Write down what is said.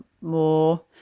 more